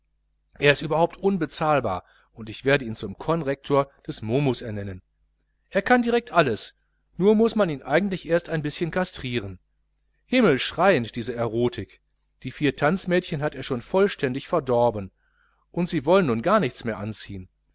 er ist überhaupt unbezahlbar und ich werde ihn zum conrektor des momus ernennen er kann direkt alles nur muß man ihn eigentlich erst ein bischen kastrieren himmelschreiend diese erotik die vier tanzmädchen hat er schon vollständig verdorben und sie wollen nun schon gar nichts mehr anziehn